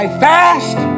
fast